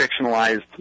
fictionalized